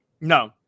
No